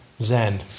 Zen